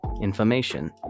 information